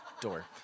door